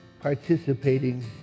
participating